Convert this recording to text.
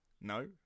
no